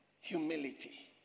humility